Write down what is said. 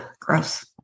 Gross